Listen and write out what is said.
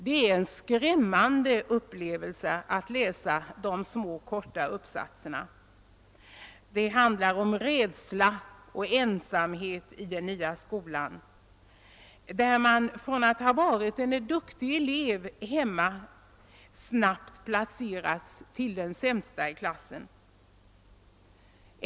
Det är en skrämmande upplevelse att läsa de små korta uppsatserna. De handlar om rädsla och ensamhet i den nya skolan, där man från att ha varit en duktig elev hemma snabbt placerats till att bli den sämsta i klassen.